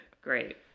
Great